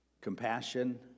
compassion